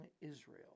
Israel